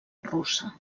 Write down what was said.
russa